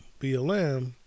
BLM